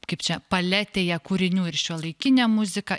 kaip čia paletėje kūrinių ir šiuolaikinė muzika ir